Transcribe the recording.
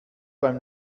beim